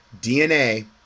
DNA